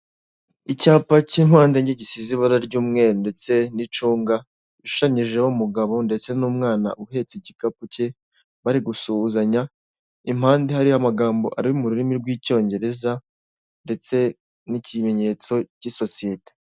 Icyapa cy'impande enye gisize ibara ry'umweru ndetse n'icunga, gishushanyijeho umugabo ndetse n'umwana uhetse igikapu cye, bari gusuhuzanya impande hariyo amagambo ari mu rurimi rw'icyongereza ndetse n'ikimenyetso cy'isosiyete.